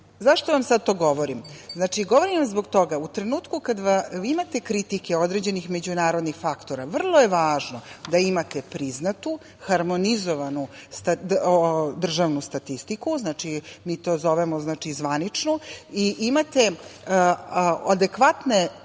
EPS.Zašto vam sada to govorim? Govorim vam zbog toga, u trenutku kada vi imate kritike određenih međunarodnih faktora, vrlo je važno da imate priznatu harmonizovanu državnu statistiku. Znači, mi to zovemo zvaničnu. Imate adekvatne